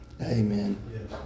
Amen